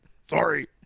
Sorry